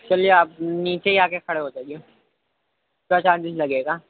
چلیے آپ نیچے ہی آ کے کھڑے ہو جائیے کیا چارجیز لگے گا